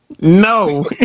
No